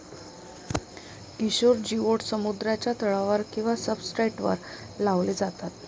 किशोर जिओड्स समुद्राच्या तळावर किंवा सब्सट्रेटवर लावले जातात